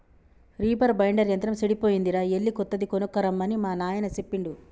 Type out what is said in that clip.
reaper binder యంత్రం సెడిపోయిందిరా ఎళ్ళి కొత్తది కొనక్కరమ్మని మా నాయిన సెప్పిండు